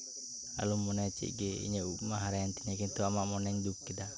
ᱟᱞᱟᱢ ᱢᱚᱱᱮᱭᱟ ᱪᱮᱫ ᱜᱮ ᱤᱧᱟᱹᱜ ᱩᱵ ᱢᱟ ᱦᱟᱨᱟᱭᱮᱱ ᱛᱤᱧᱟ ᱠᱤᱱᱛᱩ ᱟᱢᱟᱜ ᱢᱚᱱᱮᱧ ᱫᱩᱠ ᱠᱮᱫᱟ